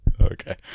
Okay